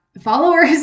followers